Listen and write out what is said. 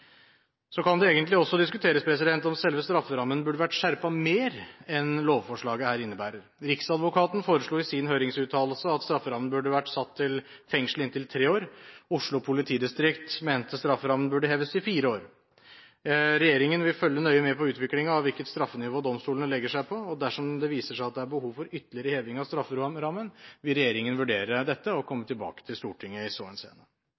kan egentlig også diskuteres om selve strafferammen burde vært skjerpet mer enn lovforslaget her innebærer. Riksadvokaten foreslo i sin høringsuttalelse at strafferammen burde vært satt til fengsel i inntil tre år. Oslo politidistrikt mente strafferammen burde heves til fire år. Regjeringen vil følge nøye med på utviklingen av hvilket straffenivå domstolene legger seg på. Dersom det viser seg at det er behov for ytterligere heving av strafferammen, vil regjeringen vurdere dette og komme tilbake til Stortinget i så henseende.